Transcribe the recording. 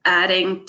adding